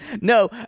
No